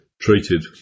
treated